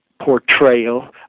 portrayal